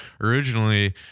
originally